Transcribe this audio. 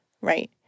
Right